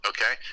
Okay